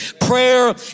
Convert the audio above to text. Prayer